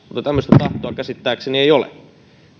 mutta tämmöistä tahtoa käsittääkseni ei ole